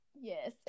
Yes